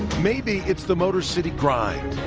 maybe it's the motor city grind.